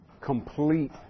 complete